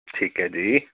ਠੀਕ ਹੈ ਜੀ